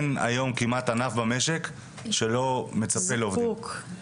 היום כמעט ואין ענף במשק שלא מצפה לעובדים.